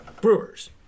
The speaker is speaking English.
brewers